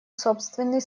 собственный